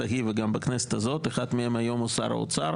ההיא וגם בכנסת הזאת אחד מהם הוא היום שר האוצר